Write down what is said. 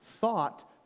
thought